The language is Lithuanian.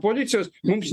policijos mums